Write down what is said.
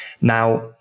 Now